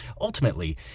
Ultimately